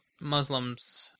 Muslims